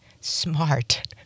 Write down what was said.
smart